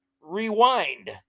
rewind